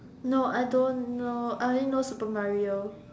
no I don't know I only know Super Mario